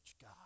God